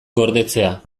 gordetzea